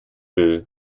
will